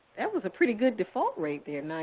that was a pretty good default rate there, nine.